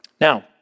Now